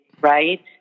right